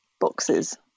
boxes